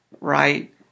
Right